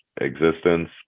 existence